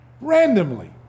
randomly